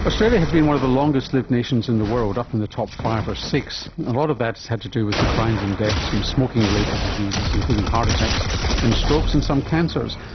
australia has been one of the longest-lived nations in the world, up in the top five or six. a lot of that has had to do with declines in deaths from smoking-related diseases, including heart attacks and strokes and some cancers.